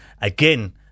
again